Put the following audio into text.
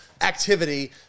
activity